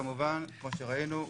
כמו שראינו,